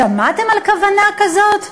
שמעתם על כוונה כזאת?